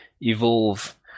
evolve